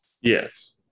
Yes